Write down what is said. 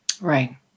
Right